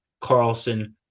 Carlson